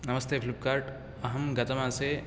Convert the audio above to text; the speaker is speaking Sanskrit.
नमस्ते फ्लिप्कार्ट् अहं गतमासे